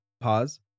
pause